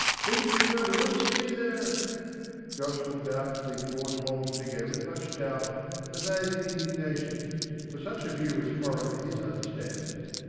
pity we can't all stay there josh looked after the gaunt old figure with much doubt and a vague indignation for such a view was foreign to his understanding.